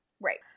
Right